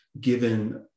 given